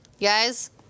guys